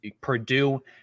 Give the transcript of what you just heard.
Purdue